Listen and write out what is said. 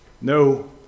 No